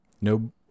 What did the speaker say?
no